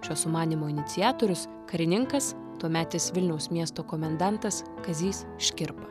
šio sumanymo iniciatorius karininkas tuometis vilniaus miesto komendantas kazys škirpa